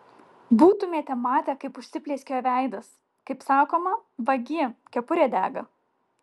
būtumėte matę kaip užsiplieskė jo veidas kaip sakoma vagie kepurė dega